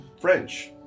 French